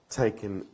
taken